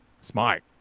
Smart